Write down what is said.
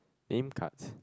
name cards